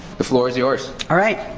the floor is yours. alright.